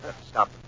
Stop